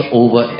over